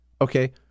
Okay